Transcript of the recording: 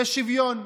יש שוויון.